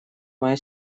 моя